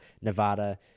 Nevada